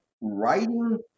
writing